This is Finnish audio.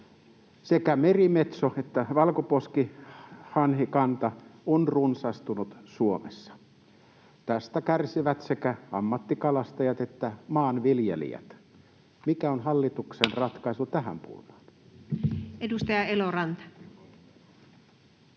Sekä merimetso- että valkoposkihanhikanta on runsastunut Suomessa. Tästä kärsivät sekä ammattikalastajat että maanviljelijät. Mikä on hallituksen ratkaisu